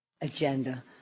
Agenda